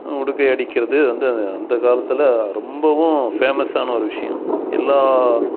உடுக்கை அடிக்கிறது வந்து அந்த காலத்தில் ரொம்பவும் ஃபேமஸான ஒரு விஷயம் எல்லா